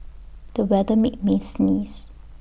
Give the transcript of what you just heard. the weather made me sneeze